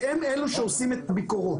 שהם אלה שעושים את הביקורות.